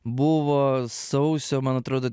buvo sausio man atrodo